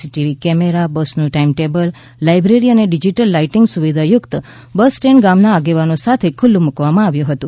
C TV camera બસનું time table library અને digital lighting સુવિધા યુક્ત બસ સ્ટેન્ડ ગામના આગેવાનો સાથે ખુલ્લું મુકવામાં આવ્યું હતું